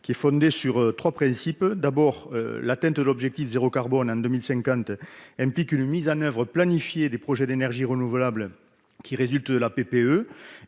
cohérent, fondé sur trois principes. D'abord, l'atteinte de l'objectif zéro carbone en 2050 implique une mise en oeuvre planifiée des projets d'énergies renouvelables résultant de la PPE.